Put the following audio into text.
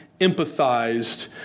empathized